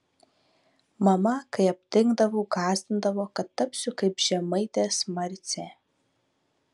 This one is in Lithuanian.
mama kai aptingdavau gąsdindavo kad tapsiu kaip žemaitės marcė